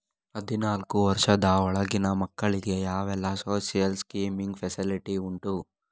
ಹದಿನಾಲ್ಕು ವರ್ಷದ ಒಳಗಿನ ಮಕ್ಕಳಿಗೆ ಯಾವೆಲ್ಲ ಸೋಶಿಯಲ್ ಸ್ಕೀಂಗಳ ಫೆಸಿಲಿಟಿ ಉಂಟು?